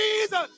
Jesus